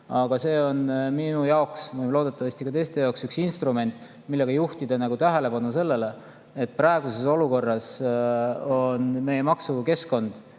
Aga see on minu jaoks – loodetavasti ka teiste jaoks – üks instrument, millega juhtida tähelepanu sellele, et praeguses olukorras on meie maksukeskkond